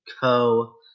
co